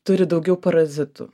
turi daugiau parazitų